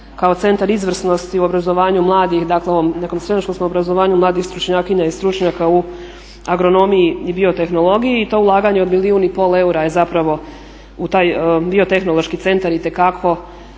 kao Centar izvrsnosti u obrazovanju mladih dakle ovom nekom srednjoškolskom obrazovanju mladih stručnjakinja i stručnjaka u agronomiji i biotehnologiji i to ulaganje od milijun i pol eura je zapravo u taj Biotehnološki centar itekako